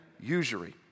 usury